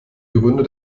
gründe